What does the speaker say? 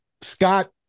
Scott